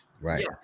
right